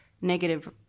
negative